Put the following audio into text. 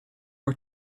are